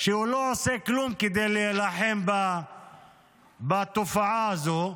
הוא לא עושה כלום כדי להילחם בתופעה הזו.